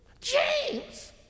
James